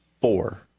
four